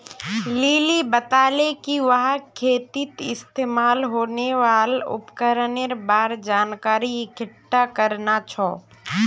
lily बताले कि वहाक खेतीत इस्तमाल होने वाल उपकरनेर बार जानकारी इकट्ठा करना छ